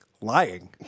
lying